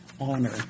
honor